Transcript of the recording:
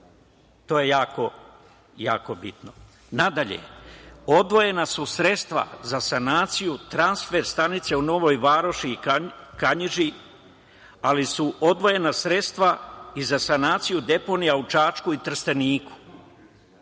To je jako bitno. Dalje, odvojena su sredstva za sanaciju transfer stanice u Novoj Varoši i Kanjiži, ali su odvojena sredstva i za sanaciju deponija u Čačku i Trsteniku.